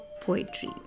poetry